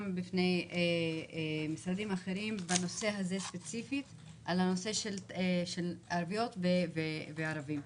בפני משרדים אחרים בנושא הזה ספציפית בנוגע לערביות וערבים.